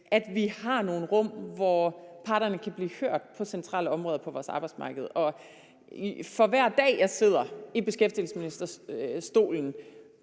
at vi også har nogle rum, hvor parterne kan blive hørt på centrale områder på vores arbejdsmarked. For hver dag jeg sidder i beskæftigelsesministerstolen,